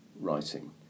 writing